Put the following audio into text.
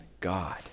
God